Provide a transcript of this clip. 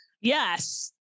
yes